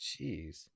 Jeez